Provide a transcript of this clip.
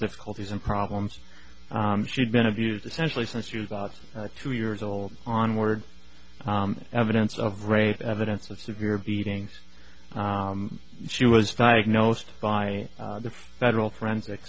difficulties and problems she had been abused essentially since she was about two years old on words evidence of rape evidence of severe beatings she was diagnosed by the federal forensic